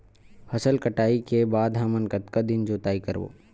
फसल कटाई के बाद हमन कतका दिन जोताई करबो?